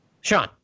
Sean